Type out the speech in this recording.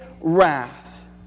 wrath